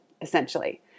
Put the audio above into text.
essentially